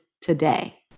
today